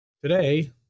today